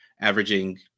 averaging